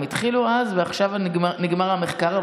הם התחילו אז ועכשיו נגמר המחקר,